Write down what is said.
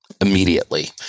immediately